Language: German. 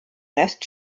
rest